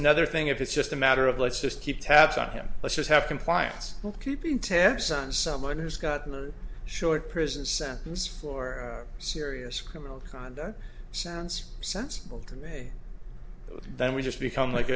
another thing if it's just a matter of let's just keep tabs on him let's just have compliance keeping tabs on someone who's got short prison sentence for serious criminal conduct sounds sensible to me then we just become like